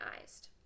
eyes